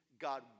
God